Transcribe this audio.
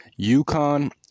UConn